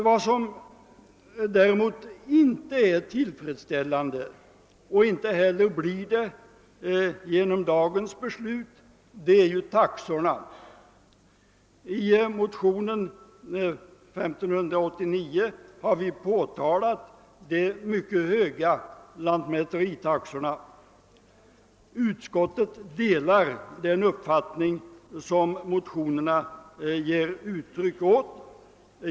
Vad som däremot inte är tillfredsställande och inte heller blir det genom dagens beslut är taxorna. I motionen II: 1589 har vi påtalat de mycket höga lantmäteritaxorna. Utskottet delar den uppfattning som motionärerna ger uttryck åt.